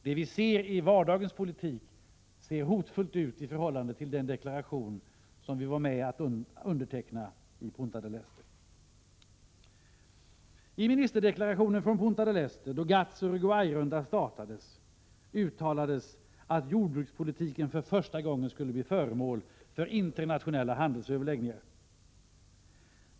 Det vi ser i vardagens politik ser hotfullt ut i förhållande till den deklaration som vi var med om att underteckna i Punta del Este. I ministerdeklarationen från Punta del Este, då GATT:s Uruguayrunda startades, uttalades att jordbrukspolitiken för första gången skulle bli föremål för internationella handelsöverläggningar.